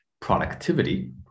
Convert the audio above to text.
Productivity